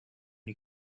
you